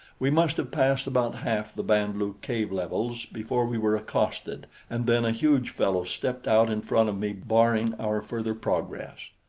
we must have passed about half the band-lu cave-levels before we were accosted, and then a huge fellow stepped out in front of me, barring our further progress.